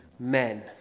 men